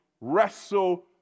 wrestle